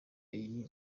iyi